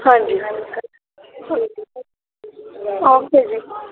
ਹਾਂਜੀ ਓਕੇ ਜੀ